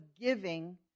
giving